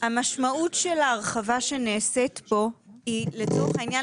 המשמעות של ההרחבה שנעשית פה היא לצורך העניין